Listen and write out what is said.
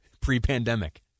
pre-pandemic